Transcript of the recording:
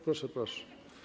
Proszę, proszę.